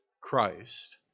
Christ